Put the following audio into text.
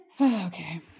Okay